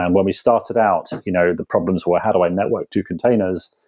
and when we started out, and you know the problems were how do i network two containers?